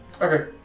Okay